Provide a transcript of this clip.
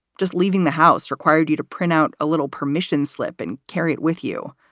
just leaving the house required you to print out a little permission slip and carry it with you.